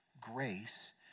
grace